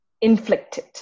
inflicted